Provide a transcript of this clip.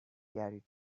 carried